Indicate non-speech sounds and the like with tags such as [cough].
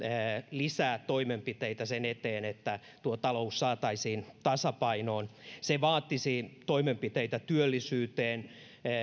lisää toimenpiteitä sen eteen että tuo talous saataisiin tasapainoon se vaatisi toimenpiteitä työllisyyteen [unintelligible]